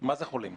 מה זה חולים?